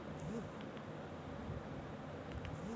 soil বা মাটি বিভিল্য রকমের হ্যয় যেমন এলুভিয়াল, লাল, কাল ইত্যাদি